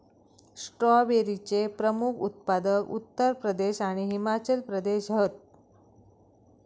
स्ट्रॉबेरीचे प्रमुख उत्पादक उत्तर प्रदेश आणि हिमाचल प्रदेश हत